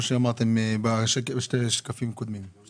שאמרתם בשקפים הקודמים מלבד המענק השנתי,